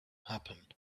happen